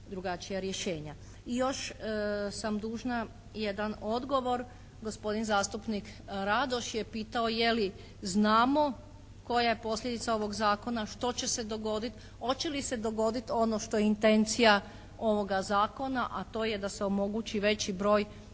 I još sam dužna jedan odgovor. Gospodin zastupnik Radoš je pitao je li znamo koja je posljedica ovog zakona. Hoće li se dogoditi što je intencija ovoga zakona, a to je da se omogući veći broj